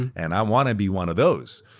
and i want to be one of those.